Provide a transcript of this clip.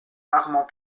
amand